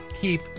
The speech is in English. keep